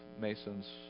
Mason's